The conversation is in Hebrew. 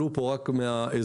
עלו פה רק מהציבור